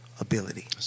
ability